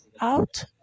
out